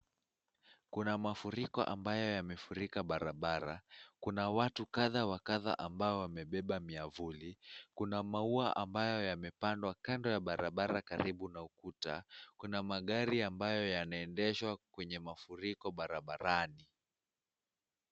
Kuna mafuriko ambayo yamefurika barabara, kuna watu kadha wa kadha ambao wamebeba miavuli, kuna maua ambayo yamepandwa kando ya barabara karibu na ukuta. Kuna magari ambayo yanaendesha kwenye mafuriko barabarani.